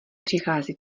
přichází